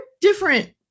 different